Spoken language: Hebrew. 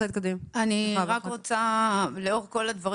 היועצת המשפטית, עמותת נגישות ישראל.